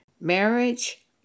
marriage